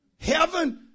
heaven